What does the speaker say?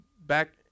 back